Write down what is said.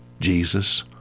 Jesus